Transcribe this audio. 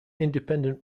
independent